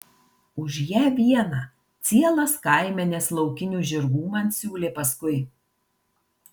už ją vieną cielas kaimenes laukinių žirgų man siūlė paskui